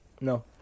No